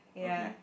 okay